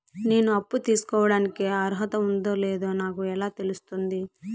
నేను అప్పు తీసుకోడానికి అర్హత ఉందో లేదో నాకు ఎలా తెలుస్తుంది?